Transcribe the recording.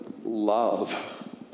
love